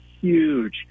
huge